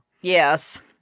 Yes